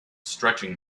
stretching